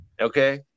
Okay